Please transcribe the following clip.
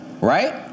Right